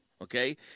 okay